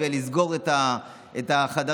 לסגור את החדרים,